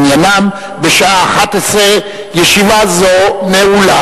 שהחזירה ועדת הכנסת.